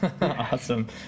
awesome